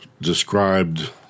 described